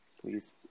Please